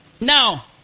Now